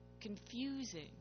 confusing